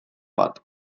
bat